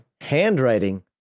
handwriting